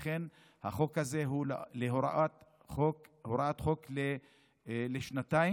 לכן החוק הזה הוא הוראת חוק לשנתיים,